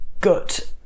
gut